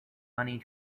money